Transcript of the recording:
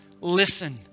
Listen